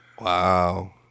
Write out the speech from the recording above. wow